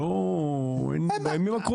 לא, אין, בימים הקרובים.